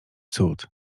cud